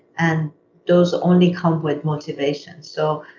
and those only come with motivation. so,